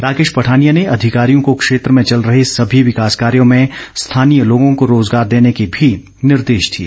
राकेश पठानिया ने अधिकारियों को क्षेत्र में चल रहे सभी विकास कार्यों में स्थानीय लोगों को रोजगार देने के भी निर्देश दिए